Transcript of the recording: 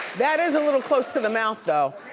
that is a little close to the mouth though.